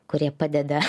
kurie padeda